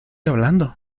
hablando